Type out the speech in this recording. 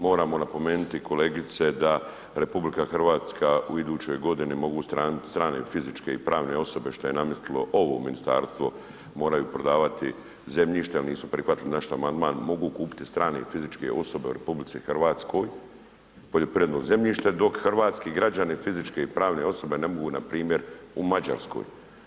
Moramo napomenuti kolegice da RH u idućoj godini mogu strane fizičke i pravne osobe što je nametnulo ovo ministarstvo moraju prodavati zemljište jer nisu prihvatili naš amandman, mogu kupiti strane i fizičke osobe u RH poljoprivredno zemljište dok hrvatski građani, fizičke i pravne osobe ne mogu npr. u Mađarskoj.